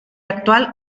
actual